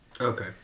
Okay